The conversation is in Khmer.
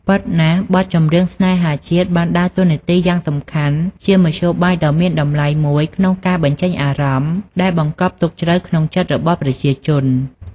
ពិតណាស់បទចម្រៀងស្នេហាជាតិបានដើរតួនាទីយ៉ាងសំខាន់ ជាមធ្យោបាយដ៏មានតម្លៃមួយក្នុងការ បញ្ចេញអារម្មណ៍ ដែលបង្កប់ទុកជ្រៅក្នុងចិត្តរបស់ប្រជាជន។